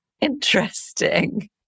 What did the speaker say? interesting